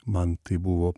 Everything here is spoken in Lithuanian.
man tai buvo